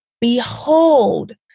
behold